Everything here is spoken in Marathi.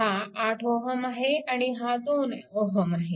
हा 8 Ω आहे आणि हा 2 Ω आहे